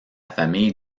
famille